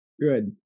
Good